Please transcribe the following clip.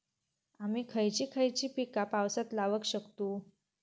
आम्ही खयची खयची पीका पावसात लावक शकतु?